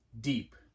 Deep